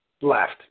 left